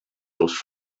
seus